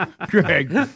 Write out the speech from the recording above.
Greg